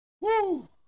Woo